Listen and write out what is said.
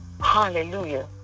hallelujah